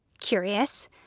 Curious